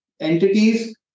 entities